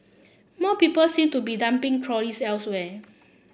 more people seem to be dumping trolleys elsewhere